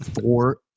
Four